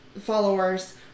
followers